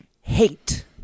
hate